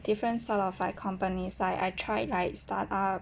different sort of like companies like I tried like startup